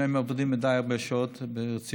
אם הם עובדים הרבה מדי שעות ברציפות.